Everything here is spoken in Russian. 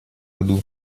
году